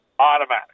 automatic